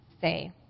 say